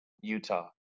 Utah